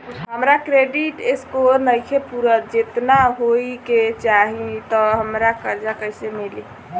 हमार credit score नईखे पूरत जेतना होए के चाही त हमरा कर्जा कैसे मिली?